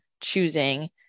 choosing